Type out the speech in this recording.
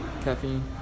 Caffeine